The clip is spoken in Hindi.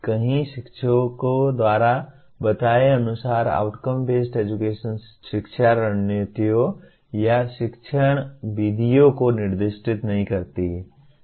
कई शिक्षकों द्वारा बताए अनुसार आउटकम बेस्ड एजुकेशन शिक्षा रणनीतियों या शिक्षण विधियों को निर्दिष्ट नहीं करती है